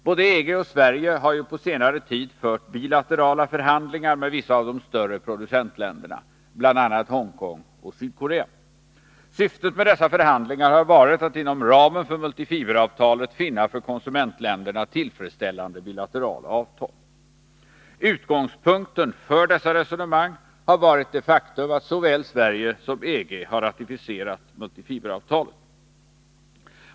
Både EG och Sverige har ju på senare tid fört bilaterala förhandlingar med vissa av de större producentländerna, bl.a. Hongkong och Sydkorea. Syftet med dessa förhandlingar har varit att inom ramen för multifiberavtalet finna för konsumentländerna tillfredsställande bilaterala avtal. Utgångspunkten för dessa resonemang har varit det faktum att såväl Sverige som EG har ratificerat multifiberavtalet.